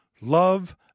love